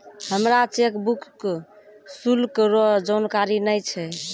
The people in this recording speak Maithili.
हमरा चेकबुक शुल्क रो जानकारी नै छै